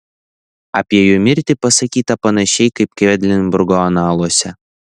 apie jo mirtį pasakyta panašiai kaip kvedlinburgo analuose